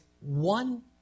one